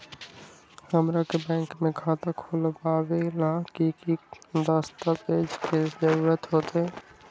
हमरा के बैंक में खाता खोलबाबे ला की की दस्तावेज के जरूरत होतई?